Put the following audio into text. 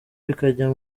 bikajya